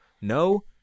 No